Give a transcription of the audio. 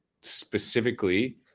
specifically